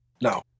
no